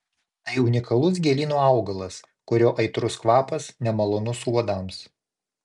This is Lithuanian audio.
tai unikalus gėlyno augalas kurio aitrus kvapas nemalonus uodams